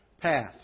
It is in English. path